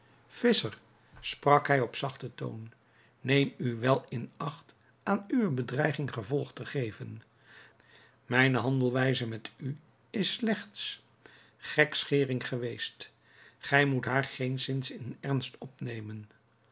visscher sprak hij op zachten toon neem u wel in acht aan uwe bedreiging gevolg te geven mijne handelwijze met u is slechts gekschering geweest gij moet haar geenszins in ernst opnemen